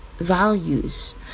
values